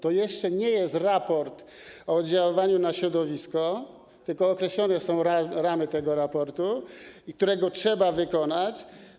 To jeszcze nie jest raport o oddziaływaniu na środowisko, tylko określone są ramy tego raportu, który trzeba wykonać.